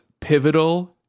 pivotal